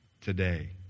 today